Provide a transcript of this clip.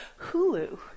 Hulu